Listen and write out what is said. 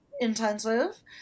intensive